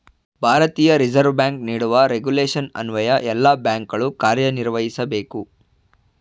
ಭಾರತೀಯ reserve bank ನೀಡುವ regulation ಅನ್ವಯ ಎಲ್ಲ ಬ್ಯಾಂಕುಗಳು ಕಾರ್ಯನಿರ್ವಹಿಸಬೇಕು